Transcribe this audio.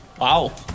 Wow